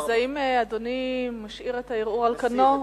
האם אדוני משאיר את הערעור על כנו?